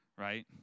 right